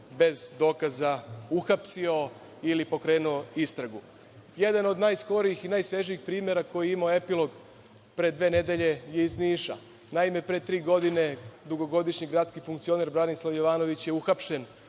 bez dokaza uhapsio ili pokrenuo istragu. Jedan od najskorijih i najsvežijih primera koji je imao epilog pre dve nedelje je iz Niša. Pre tri godine dugogodišnji gradski funkcioner Branislav Jovanović je uhapšen